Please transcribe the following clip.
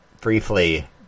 briefly